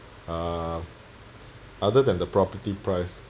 um other than the property price